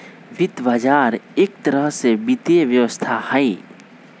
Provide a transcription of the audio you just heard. वित्त बजार एक तरह से वित्तीय व्यवस्था हई